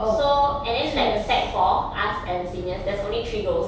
so and then like sec four us as the seniors there's only three girls